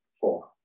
four